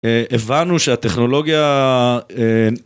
הבנו שהטכנולוגיה...